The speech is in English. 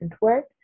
work